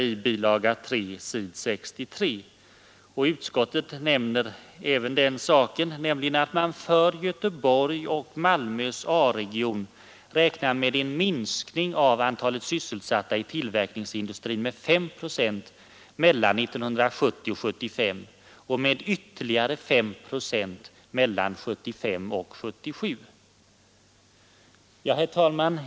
Utskottet hänvisar till redovisningen där, nämligen att man för Göteborg och Malmö A-region räknar med en minskning av antalet sysselsatta i tillverkningsindustrin med 5 procent mellan åren 1970 och 1975 samt med ytterligare 5 procent mellan åren 1975 och 1977. Herr talman!